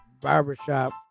Barbershop